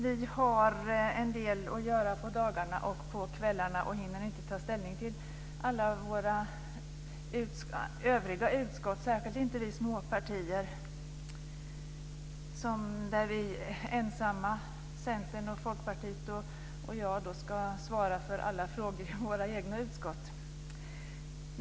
Vi har en del att göra på dagarna och kvällarna och hinner inte ta ställning till alla våra övriga utskotts ärenden, särskilt inte vi i småpartierna som är ensamma. Centerns och Folkpartiets representanter och jag ska svara för alla frågor i våra egna utskott.